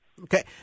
Okay